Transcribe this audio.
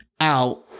out